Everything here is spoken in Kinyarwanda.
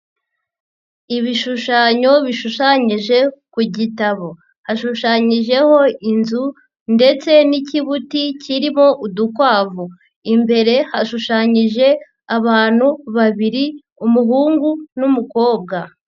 Ibishushanyo bishushanyije ku gitabo, hashushanyijeho inzu ndetse n'ikibuti kirimo udukwavu, imbere hashushanyije abantu babiri, umuhungu n'umukobwa.